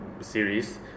series